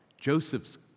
Joseph's